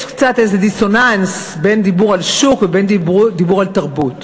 יש איזה דיסוננס בין דיבור על שוק ובין דיבור על תרבות.